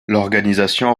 l’organisation